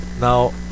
Now